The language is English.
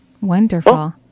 wonderful